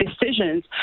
decisions